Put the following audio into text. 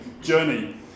journey